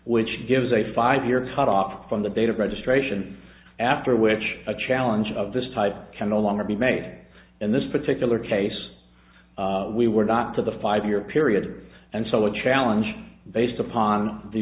which gives a five year cut off from the date of registration after which a challenge of this type can no longer be made in this particular case we were not to the five year period and so a challenge based upon the